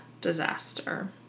disaster